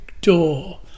door